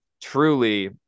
truly